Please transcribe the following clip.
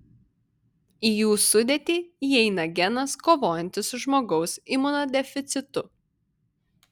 į jų sudėtį įeina genas kovojantis su žmogaus imunodeficitu